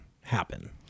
happen